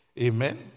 Amen